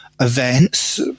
events